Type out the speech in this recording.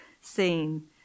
seen